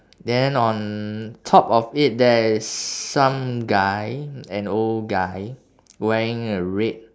then on top of it there's some guy an old guy wearing a red